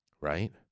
Right